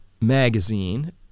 magazine